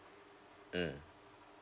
mm